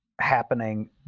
happening